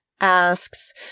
asks